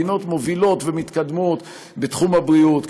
מדינות מובילות ומתקדמות בתחום הבריאות,